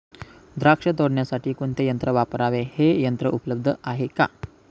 द्राक्ष तोडण्यासाठी कोणते यंत्र वापरावे? हे यंत्र उपलब्ध आहे का?